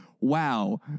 Wow